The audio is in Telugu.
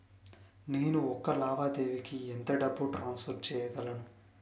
నేను ఒక లావాదేవీకి ఎంత డబ్బు ట్రాన్సఫర్ చేయగలను?